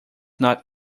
not